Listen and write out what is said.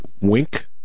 Wink